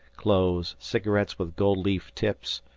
clothes, cigarettes with gold-leaf tips,